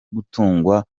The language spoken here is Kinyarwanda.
gutungwa